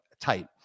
tight